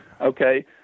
Okay